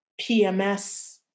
PMS